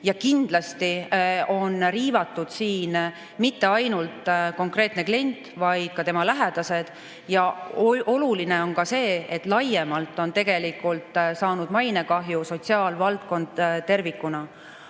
Kindlasti on siin riivatud mitte ainult konkreetset klienti, vaid ka tema lähedasi. Oluline on ka see, et laiemalt on tegelikult saanud mainekahju sotsiaalvaldkond tervikuna.